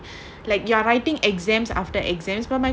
like you are writing exams after exams but my